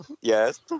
yes